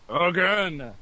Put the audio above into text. again